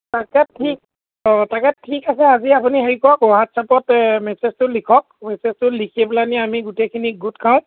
তাকে ঠিক অঁ তাকে ঠিক আছে আজি আপুনি হেৰি কৰক হোৱাটছআপতে মেছেজটো লিখক মেছেজটো লিখি পেলাইনি আমি গোটেইখিনি গোট খাওঁ